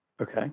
Okay